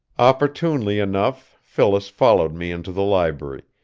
opportunely enough phyllis followed me into the library,